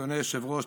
אדוני היושב-ראש,